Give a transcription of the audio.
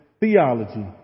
theology